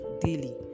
daily